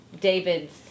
David's